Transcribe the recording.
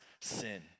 sin